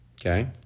Okay